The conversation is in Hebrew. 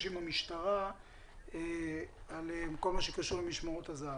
עם המשטרה על כל מה שקשור למשמרות הזה"ב.